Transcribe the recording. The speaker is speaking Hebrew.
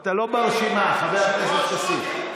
אתה לא ברשימה, חבר הכנסת כסיף.